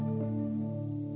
um